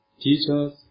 teachers